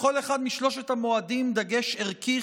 לכל אחד משלושת המועדים דגש ערכי,